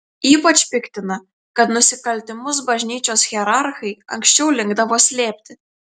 ypač piktina kad nusikaltimus bažnyčios hierarchai anksčiau linkdavo slėpti